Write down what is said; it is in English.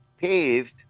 paved